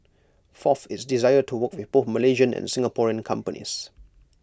fourth its desire to work with both Malaysian and Singaporean companies